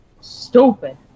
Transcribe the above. Stupid